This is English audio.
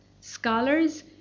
scholars